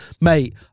Mate